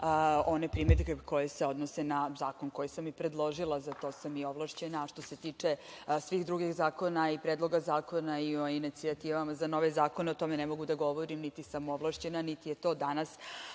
one primedbe koje se odnose na zakon koji sam i predložila, za to sam i ovlašćena, a što se tiče svih drugih zakona i predloga zakona i o inicijativama za nove zakone, o tome ne mogu da govorim niti sam ovlašćena, niti je ti danas